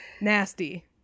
Nasty